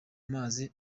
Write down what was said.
mazi